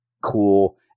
cool